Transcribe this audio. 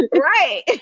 right